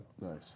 Nice